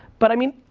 but i mean,